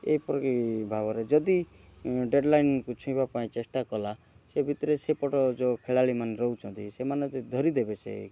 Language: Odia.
ଏପରି ଭାବରେ ଯଦି ଡ଼େଡ଼୍ଲାଇନ୍କୁ ଛୁଇଁବାପାଇଁ ଚେଷ୍ଟାକଲା ସେ ଭିତରେ ସେପଟ ଯୋଉ ଖେଳାଳି ମାନେ ରହୁଛନ୍ତି ସେମାନେ ଯଦି ଧରିଦେବେ ସେ